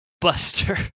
Buster